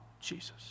Jesus